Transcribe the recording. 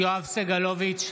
סגלוביץ'